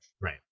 Right